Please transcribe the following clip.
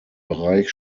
bereich